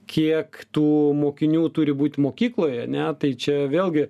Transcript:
kiek tų mokinių turi būti mokykloj ane tai čia vėlgi